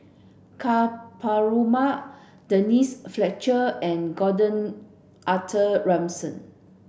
Ka Perumal Denise Fletcher and Gordon Arthur Ransome